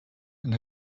and